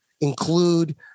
include